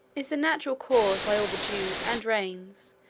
is the natural cause why all the dews and rains,